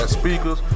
Speakers